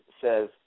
says